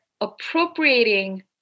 appropriating